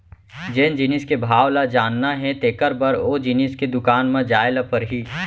जेन जिनिस के भाव ल जानना हे तेकर बर ओ जिनिस के दुकान म जाय ल परही